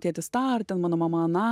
tėtis tą ar ten mano mama aną